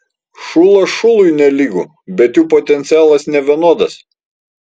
šulas šului nelygu bet jų potencialas nevienodas